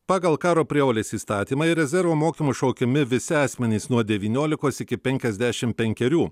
pagal karo prievolės įstatymą į rezervo mokymus šaukiami visi asmenys nuo devyniolikos iki penkiasdešim penkerių